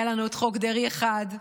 היה לנו חוק דרעי 1,